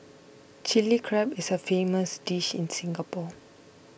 Chilli Crab is a famous dish in Singapore